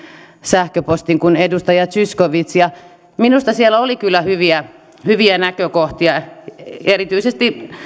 sähköpostin kuin edustaja zyskowicz minusta siellä oli kyllä hyviä hyviä näkökohtia erityisesti